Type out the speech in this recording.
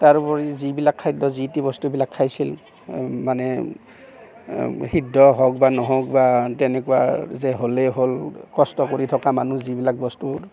তাৰ উপৰি যিবিলাক খাদ্য যিটি বস্তুবিলাক খাইছিল মানে সিদ্ধ হওক বা নহওক বা তেনেকুৱা যে হ'লেই হ'ল কষ্ট কৰি থকা মানুহ যিবিলাক বস্তু